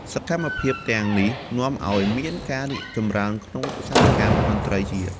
សកម្មភាពទាំងនេះនាំឱ្យមានការរីកចម្រើនក្នុងឧស្សាហកម្មតន្ត្រីជាតិ។